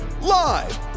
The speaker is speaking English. Live